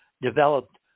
developed